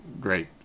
Great